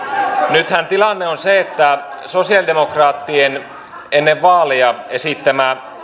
nythän tilanne on se että sosialidemokraattien ennen vaaleja esittämä